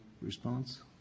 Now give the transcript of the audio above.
response